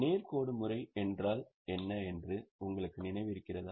நேர் கோடு முறை என்றால் என்ன என்று உங்களுக்கு நினைவிருக்கிறதா